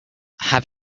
have